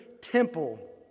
temple